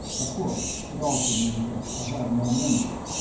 of course, it also means that i have no memory,